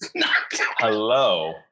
Hello